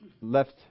left